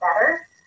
better